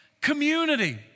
community